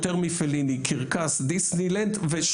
יותר מפליני,